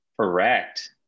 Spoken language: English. correct